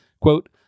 Quote